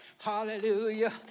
hallelujah